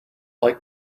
like